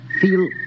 feel